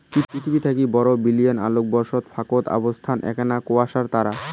পিথীবি থাকি বারো বিলিয়ন আলোকবর্ষ ফাকত অবস্থান এ্যাকনা কোয়েসার তারার